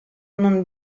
non